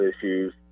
issues